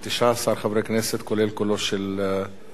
כולל קולו של יושב-ראש הוועדה,